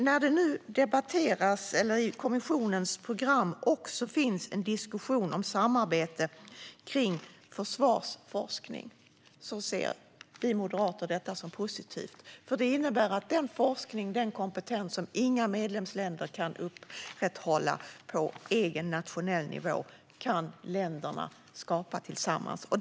Att det i kommissionens program nu också finns en diskussion om samarbete kring försvarsforskning ser vi moderater som positivt, för det innebär att den forskning och kompetens som inga medlemsländer kan upprätthålla på egen, nationell nivå kan länderna skapa tillsammans.